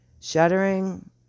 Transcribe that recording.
Shuddering